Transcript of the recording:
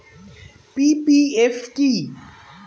PPF কি?